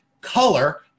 color